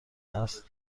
است